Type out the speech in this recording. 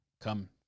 come